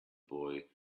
boy